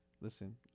listen